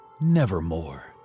nevermore